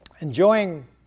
Enjoying